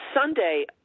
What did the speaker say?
sunday